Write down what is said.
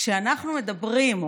כשאנחנו מדברים,